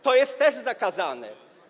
To jest też zakazane.